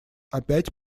опять